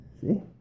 See